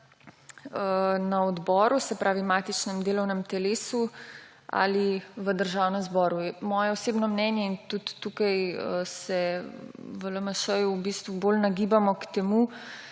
na odboru, se pravi matičnem delovnem telesu, ali v Državnem zboru. Moje osebno mnenje in tudi tukaj se v LMŠ v bistvu bolj nagibamo k temu,